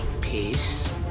Peace